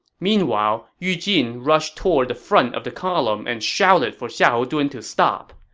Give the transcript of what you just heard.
meanwhile, yu jin rushed toward the front of the column and shouted for xiahou dun to stop.